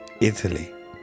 Italy